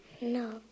No